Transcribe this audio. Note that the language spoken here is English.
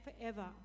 forever